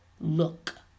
look